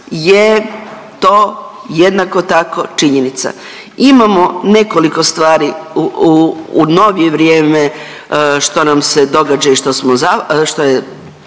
je to jednako tako činjenica. Imamo nekoliko stvari u novije vrijeme što nam se događa i što je